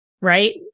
Right